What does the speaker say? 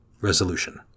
Resolution